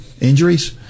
injuries